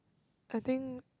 I think